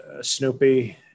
Snoopy